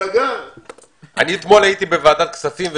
הייתי בוועדת הכספים.